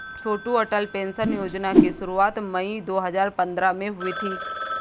छोटू Atal pension Yojana की शुरुआत मई दो हज़ार पंद्रह में हुई थी